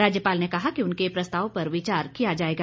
राज्यपाल ने कहा कि उनके प्रस्ताव पर विचार किया जाएगा